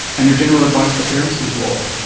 and your general advice for parents is, what?